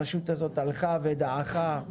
הרשות הזאת הלכה ודעכה.